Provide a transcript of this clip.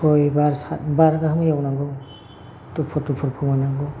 सयबार सातबार गाहाम एवनांगौ दुफु दुफु फोमोननांगौ